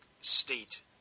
state